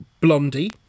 Blondie